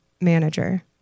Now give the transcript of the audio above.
manager